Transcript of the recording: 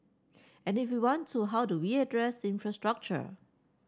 and if we want to how do we address infrastructure